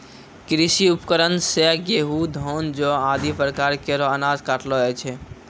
कृषि उपकरण सें गेंहू, धान, जौ आदि प्रकार केरो अनाज काटलो जाय छै